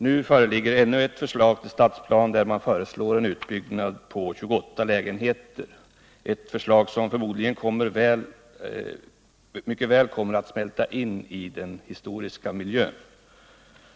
Nu föreligger ännu ett förslag till stadsplan, där man föreslår utbyggnad med 28 lägenheter, ett förslag som mycket väl kommer att smälta in i den historiska miljön.